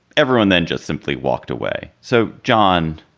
everyone then just simply walked away. so, john.